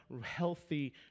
healthy